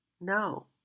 no